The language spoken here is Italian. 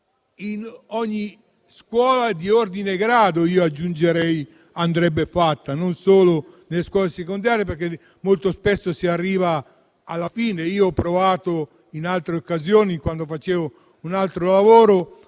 di ogni scuola di ordine e grado e non solo nelle scuole secondarie, perché molto spesso si arriva alla fine. Ho provato in altre occasioni, quando facevo un altro lavoro,